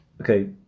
okay